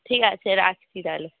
ঠিক আছে রাখছি তাহলে